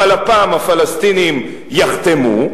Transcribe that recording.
אבל הפעם הפלסטינים יחתמו,